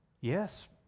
Yes